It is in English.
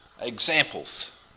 examples